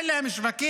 אין להם שווקים,